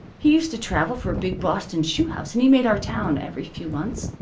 he used to travel for a big boston shoe house, and he made our town every few months.